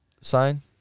sign